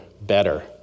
better